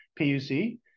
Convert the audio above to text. PUC